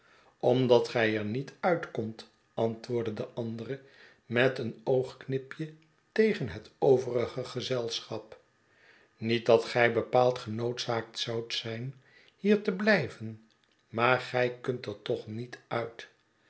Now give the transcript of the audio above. omdat gij er niet uit kondt antwoordde de andere met een oogknipje tegen het overige gezelschap niet dat gij bepaald genoodzaakt zoudt zijn hier te blijven maar gy kunt er toch niet uit